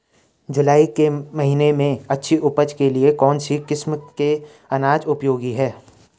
जुलाई के महीने में अच्छी उपज के लिए कौन सी किस्म के अनाज उपयोगी हैं?